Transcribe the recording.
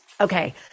okay